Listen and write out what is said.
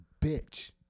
bitch